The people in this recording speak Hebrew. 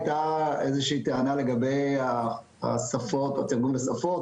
הייתה איזה שהיא טענה לגבי התרגום לשפות,